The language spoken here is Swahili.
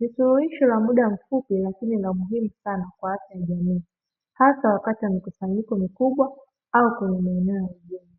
Ni suluhisho la muda mfupi lakini ni la muhimu sana kwa afya ya jamii hasa wakati wa mikusanyiko mikubwa au kwenye maeneo ya mjini.